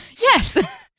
Yes